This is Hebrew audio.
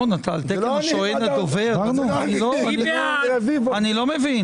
מי בעד קבלת ההסתייגות?